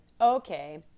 Okay